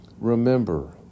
remember